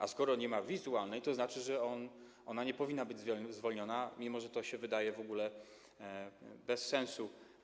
A skoro nie ma wizualnej, to znaczy, że ona nie powinna być zwolniona, mimo że to się wydaje w ogóle bez sensu.